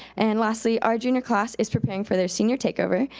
and lastly, our junior class is preparing for their senior takeover,